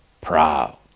proud